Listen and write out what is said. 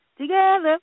together